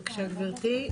בבקשה גברתי,